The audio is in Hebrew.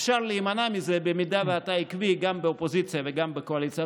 אפשר להימנע מזה במידה ואתה עקבי גם באופוזיציה וגם בקואליציה.